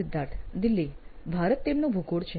સિદ્ધાર્થ દિલ્હી ભારત તેમનું ભૂગોળ છે